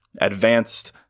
advanced